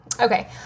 okay